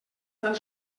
tan